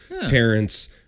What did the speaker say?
parents